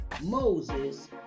Moses